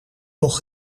nog